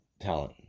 talent